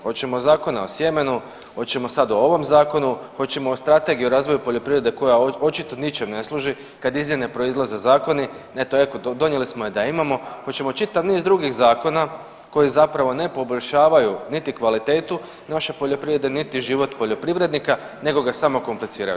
Hoćemo Zakona o sjemenu, hoćemo sad o ovom zakonu, hoćemo o Strategiji o razvoju poljoprivrede koja očito ničem ne služi kad iz nje ne proizlaze zakoni, nego eto donijeli smo je da je imamo, hoćemo čitav niz drugih zakona koji zapravo ne poboljšavaju niti kvalitetu naše poljoprivrede, niti život poljoprivrednika nego ga samo kompliciraju.